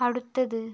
അടുത്തത്